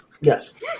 Yes